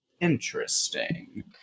interesting